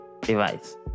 device